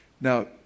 Now